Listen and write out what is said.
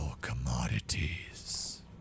commodities